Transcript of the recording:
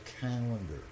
calendar